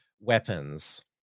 weapons